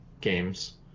games